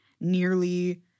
nearly